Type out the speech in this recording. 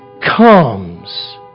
comes